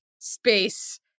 space